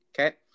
okay